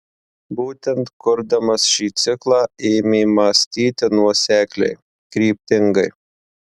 būtent kurdamas šį ciklą ėmė mąstyti nuosekliai kryptingai